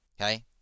Okay